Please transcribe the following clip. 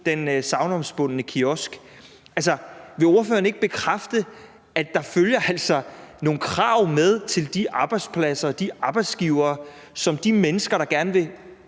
den sagnomspundne kiosk. Vil ordføreren ikke bekræfte, at der altså følger nogle krav med til de arbejdspladser og de arbejdsgivere, som de mennesker, der gerne vil